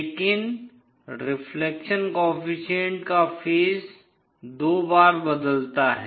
लेकिन reflection coefficient का phase दो बार बदलता है